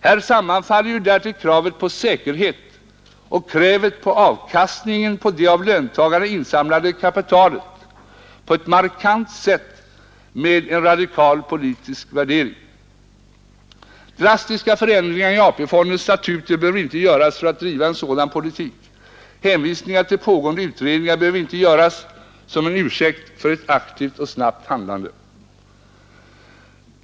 Här sammanfaller ju därtill kravet på säkerhet och kravet på avkastning på det av löntagarna insamlade kapitalet på ett markant sätt med en radikal politisk värdering. Några drastiska förändringar i AP-fondens statuter behöver inte göras för att driva en sådan politik. Hänvisningar till pågående utredningar behöver inte användas som en ursäkt för ett aktivt och snabbt handlande.